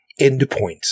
endpoints